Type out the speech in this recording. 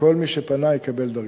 כל מי שפנה יקבל דרגה.